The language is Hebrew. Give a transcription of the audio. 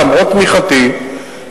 למרות תמיכתי,